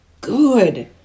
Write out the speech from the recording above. good